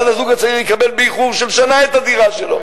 ואז הזוג הצעיר יקבל באיחור של שנה את הדירה שלו.